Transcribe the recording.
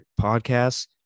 podcasts